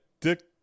Dick